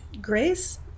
grace